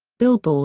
billboard.